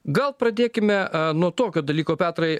gal pradėkime nuo tokio dalyko petrai